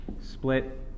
split